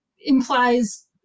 implies